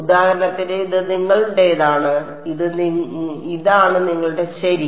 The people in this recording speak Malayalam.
അതിനാൽ ഉദാഹരണത്തിന് ഇത് നിങ്ങളുടേതാണ് ഇത് നിങ്ങളുടേതാണ് ഇതാണ് നിങ്ങളുടെ ശരി